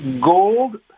Gold